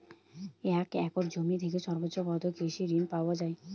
এক একর জমি থেকে সর্বোচ্চ কত কৃষিঋণ পাওয়া য়ায়?